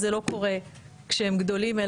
זה לא קורה כשהם גדולים,